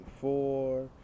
four